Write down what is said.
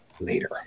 later